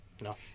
No